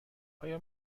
آیا